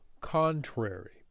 contrary